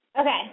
Okay